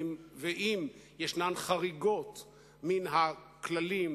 ואם יש חריגות מן הכללים,